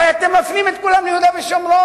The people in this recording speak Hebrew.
הרי אתם מפנים את כולם ליהודה ושומרון,